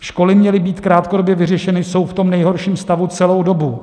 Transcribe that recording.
Školy měly být krátkodobě vyřešeny jsou v tom nejhorším stavu celou dobu.